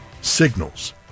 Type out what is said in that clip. signals